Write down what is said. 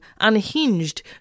unhinged